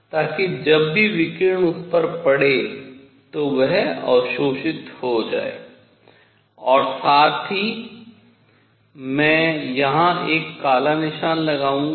ताकि जब भी विकिरण उस पर पड़े तो वह अवशोषित हो जाए और साथ ही मैं यहां एक काला निशान लगाऊंगा